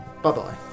Bye-bye